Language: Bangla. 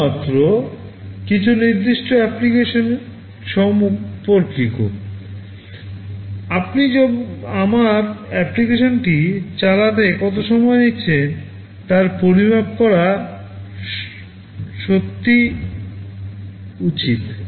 কেবলমাত্র কিছু নির্দিষ্ট অ্যাপ্লিকেশন সম্পর্কিত আপনি আমার অ্যাপ্লিকেশন চালাতে কত সময় নিচ্ছে তা পরিমাপ হওয়া উচিত